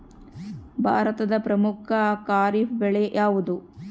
ಭಾರತದ ಪ್ರಮುಖ ಖಾರೇಫ್ ಬೆಳೆ ಯಾವುದು?